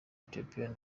ethiopia